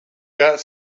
got